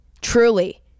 Truly